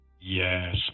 Yes